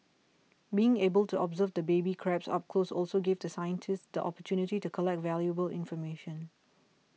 being able to observe the baby crabs up close also gave the scientists the opportunity to collect valuable information